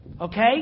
okay